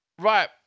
Right